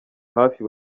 hafi